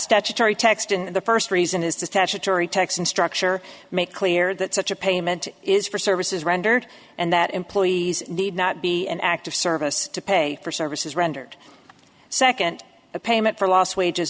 statutory text and the first reason is the statutory texan structure make clear that such a payment is for services rendered and that employees need not be an active service to pay for services rendered second a payment for lost wages